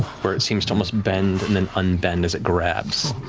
where it seems to bend and then unbend, as it grabs.